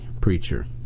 preacher